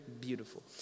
beautiful